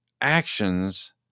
actions